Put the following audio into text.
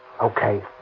Okay